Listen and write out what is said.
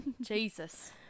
Jesus